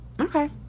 Okay